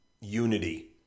unity